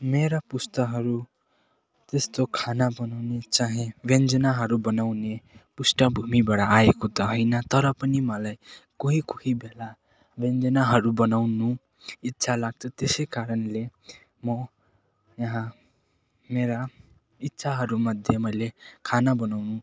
मेरो पुस्ताहरू त्यस्तो खाना बनाउनु चाहिँ व्यन्जनाहरू बनाउने पृष्ठभूमिबाट आएको त होइन तर पनि मलाई कोही कोही बेला व्यन्जनाहरू बनाउनु इच्छा लाग्छ त्यसै कारणले म यहाँ मेरा इच्छाहरूमध्ये मैले खाना बनाउनु